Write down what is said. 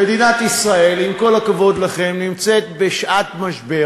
מדינת ישראל, עם כל הכבוד לכם, נמצאת בשעת משבר.